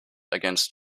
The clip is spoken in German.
ergänzt